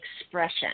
expression